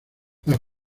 los